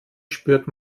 spürt